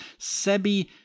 SEBI